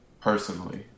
personally